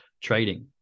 trading